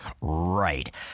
Right